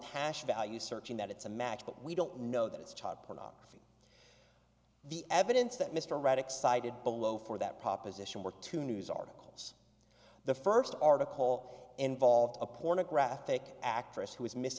hash value searching that it's a match but we don't know that it's child pornography the evidence that mr radek cited below for that proposition were two news articles the first article all involved a pornographic actress who was mis